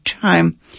time